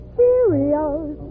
Cheerios